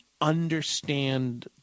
understand